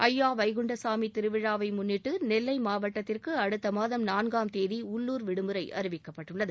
அய்யா வைகுண்டசாமி திருவிழாவை முன்னிட்டு நெல்லை மாவட்டத்திற்கு அடுத்த மாதம் நான்காம் தேதி உள்ளுர் விடுமுறை அறிவிக்கப்பட்டுள்ளது